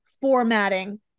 formatting